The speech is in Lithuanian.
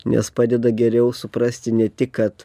nes padeda geriau suprasti ne tik kad